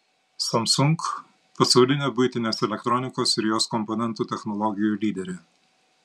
samsung pasaulinė buitinės elektronikos ir jos komponentų technologijų lyderė